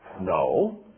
No